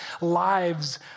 lives